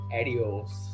adios